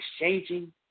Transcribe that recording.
exchanging